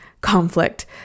conflict